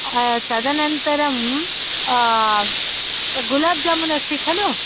तदनन्तरं गुलाब् जामुन् अस्ति खलु